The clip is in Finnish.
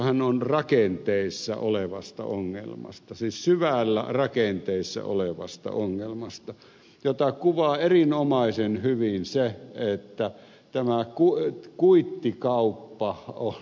kysymyshän on rakenteissa olevasta ongelmasta siis syvällä rakenteissa olevasta ongelmasta jota kuvaa erinomaisen hyvin se että tämä kuittikauppa on massiivista